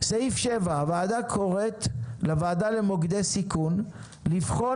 סעיף 7: "הוועדה קוראת לוועדה למוקדי סיכון לבחון